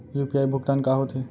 UPI भुगतान का होथे?